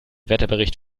wetterbericht